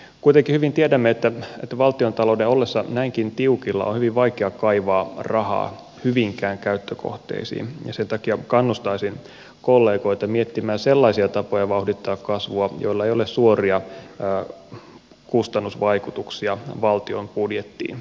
kuitenkin hyvin tiedämme että valtiontalouden ollessa näinkin tiukilla on hyvin vaikea kaivaa rahaa hyviinkään käyttökohteisiin ja sen takia kannustaisin kollegoita miettimään sellaisia tapoja vauhdittaa kasvua joilla ei ole suoria kustannusvaikutuksia valtion budjettiin